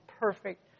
perfect